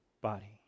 body